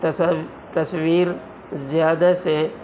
تصاویر تصویر زیادہ سے